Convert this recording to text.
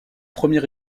premier